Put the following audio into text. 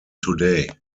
today